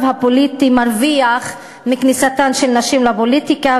הפוליטי מרוויחים מכניסתן של נשים לפוליטיקה,